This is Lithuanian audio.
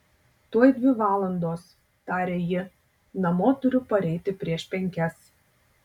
tuoj dvi valandos tarė ji namo turiu pareiti prieš penkias